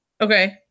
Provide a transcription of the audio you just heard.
Okay